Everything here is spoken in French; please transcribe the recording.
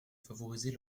favoriser